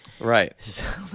right